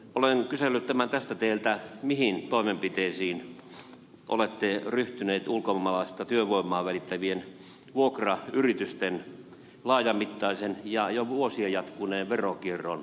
olen kysellyt tämän tästä teiltä mihin toimenpiteisiin olette ryhtynyt ulkomaalaista työvoimaa välittävien vuokrayritysten laajamittaisen ja jo vuosia jatkuneen veronkierron estämiseksi